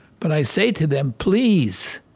but i say to them please,